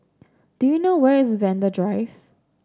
do you know where is Vanda Drive